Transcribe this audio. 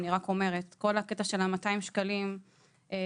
אני רק אומרת שכל הקטע של ה-200 שקלים ומה